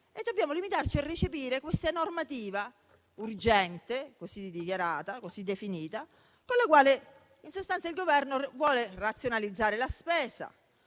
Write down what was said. dobbiamo limitarci a recepire questa normativa urgente, così dichiarata, così definita, con la quale, in sostanza, il Governo vuole razionalizzare la spesa